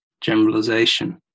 generalization